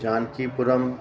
Jankipuram